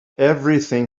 everything